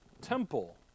temple